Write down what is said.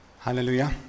Hallelujah